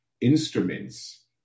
instruments